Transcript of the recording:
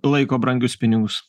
laiko brangius pinigus